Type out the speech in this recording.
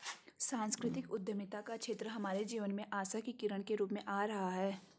सांस्कृतिक उद्यमिता का क्षेत्र हमारे जीवन में आशा की किरण के रूप में आ रहा है